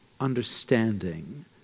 understanding